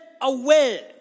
away